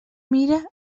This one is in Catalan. mira